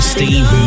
Steve